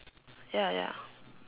ya ya